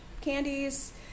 candies